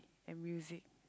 and music